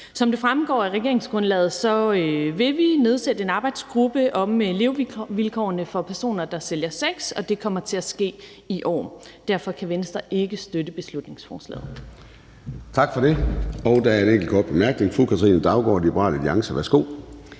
Som det fremgår af regeringsgrundlaget, vil vi nedsætte en arbejdsgruppe om levevilkårene for personer, der sælger sex, og det kommer til at ske i år. Derfor kan Venstre ikke støtte beslutningsforslaget.